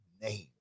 name